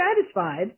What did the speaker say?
satisfied